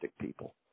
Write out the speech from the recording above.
people